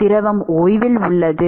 திரவம் ஓய்வில் உள்ளது